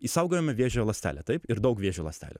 išsaugojome vėžio ląstelę taip ir daug vėžio ląstelių